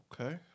Okay